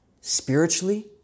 Spiritually